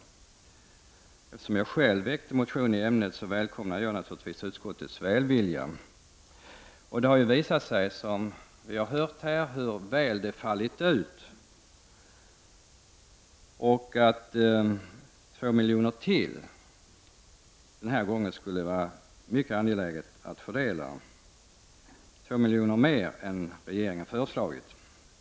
Eftersom jag själv väckte en motion i ämnet, välkomnar jag naturligtvis utskottets välvilja. Som vi har hört här har det visat sig falla väl ut. Det skulle vara mycket angeläget att kunna fördela ytterligare 2 milj.kr. utöver vad regeringen har föreslagit.